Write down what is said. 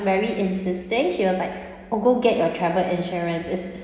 very insisting she was like oh go get your travel insurance is